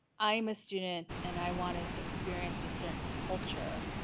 i am a student, and i want to experience a certain culture